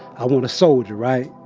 i want a soldier, right?